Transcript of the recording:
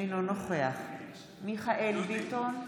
אינו נוכח מיכאל מרדכי ביטון,